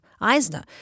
Eisner